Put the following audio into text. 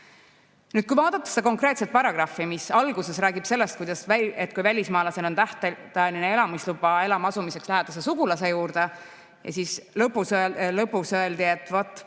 Kui vaadata seda konkreetset paragrahvi, mis alguses räägib sellest, et kui välismaalasel on tähtajaline elamisluba elama asumiseks lähedase sugulase juurde, ja lõpus öeldi, et 30